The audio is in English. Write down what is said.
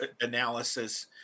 analysis